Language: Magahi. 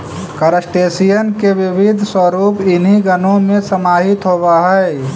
क्रस्टेशियन के विविध स्वरूप इन्हीं गणों में समाहित होवअ हई